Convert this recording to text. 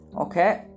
Okay